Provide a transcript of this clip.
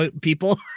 people